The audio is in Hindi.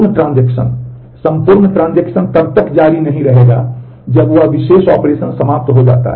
इसलिए संपूर्ण ट्रांज़ैक्शन जानकारी है जिसे आप डालते हैं